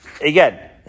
again